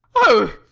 o,